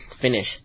finish